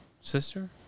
sister